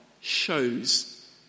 shows